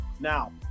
Now